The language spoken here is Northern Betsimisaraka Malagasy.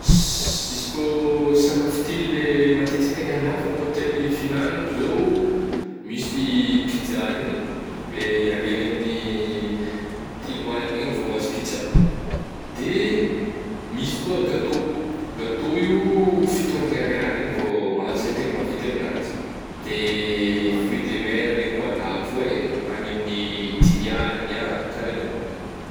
Izy kô sakafo telo le matetika tegna lafo amin'ny hôtely le fihignanako zao misy pijà regny agny agny amin'ny telo aligna agny vô mahazo pijà, de misy koa gatô, gatô io fito aligna ariary agny vô mahazo le tegna maventy amin'azy, de fruit de mer regny koa lafo eh agny amin'ny dimy aligna ka raha igny.